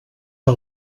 que